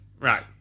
Right